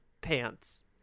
pants